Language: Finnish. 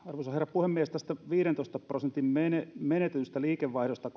puhemies viisitoista prosenttia menetetystä liikevaihdosta